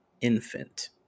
infant